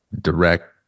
direct